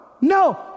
No